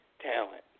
talent